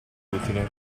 utile